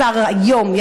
השר היום,